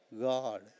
God